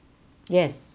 yes